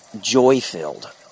joy-filled